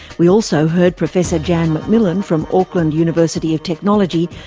we also heard professor jan mcmillen from auckland university of technology,